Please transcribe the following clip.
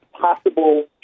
possible